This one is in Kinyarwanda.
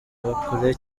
kure